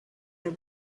are